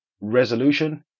resolution